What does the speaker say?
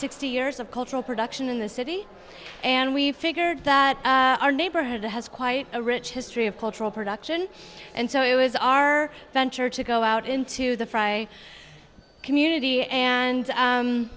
sixty years of cultural production in the city and we figured that our neighborhood has quite a rich history of cultural production and so it was our venture to go out into the fry community and